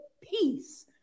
peace